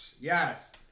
Yes